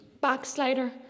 Backslider